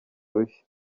rushya